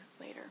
later